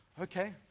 Okay